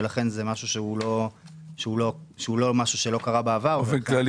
ולכן זה לא משהו שלא קרה בעבר --- באופן כללי,